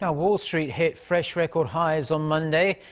ah wall street hit fresh record highs on monday.